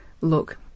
look